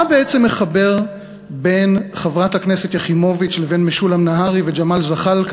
מה בעצם מחבר בין חברת הכנסת יחימוביץ לבין משולם נהרי וג'מאל זחאלקה,